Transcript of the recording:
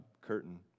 curtain